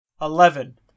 Eleven